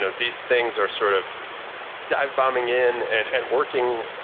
these things are sort of dive-bombing in and and working,